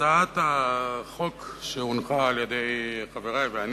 הצעת החוק שהנחנו, חברי ואני,